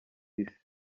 isi